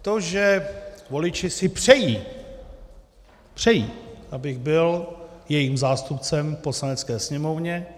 To, že voliči si přejí přejí abych byl jejich zástupce v Poslanecké sněmovně.